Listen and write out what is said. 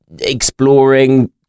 exploring